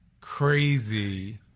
crazy